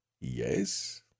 Yes